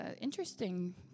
interesting